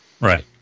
Right